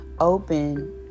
open